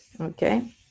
okay